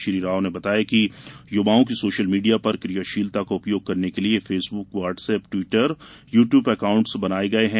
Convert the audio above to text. श्री राव ने बताया कि युवाओं की सोशल मीडिया पर क्रियाशीलता का उपयोग करने के लिये Facebook WhatsApp Twitter YouTube account बनाये गये हैं